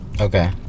Okay